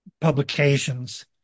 publications